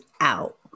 out